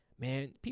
Man